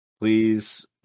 Please